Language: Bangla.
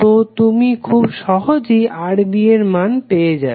তো তুমি খুব সহজেই Rb এর মান পেয়ে যাবে